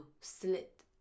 Slit